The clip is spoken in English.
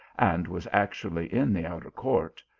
and was actually in the outer court,